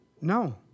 No